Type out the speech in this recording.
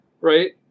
Right